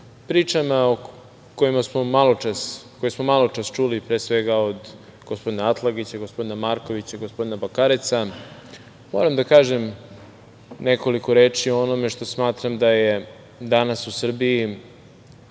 pričama koje smo maločas čuli, pre svega od gospodina Atlagića, Markovića i Bakareca, moram da kažem nekoliko reči o onome što smatram da je danas u Srbiji